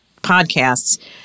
podcasts